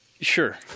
Sure